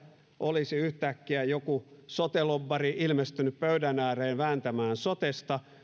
olisi yhtäkkiä joku sote lobbari ilmestynyt pöydän ääreen vääntämään sotesta